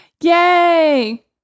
Yay